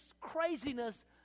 craziness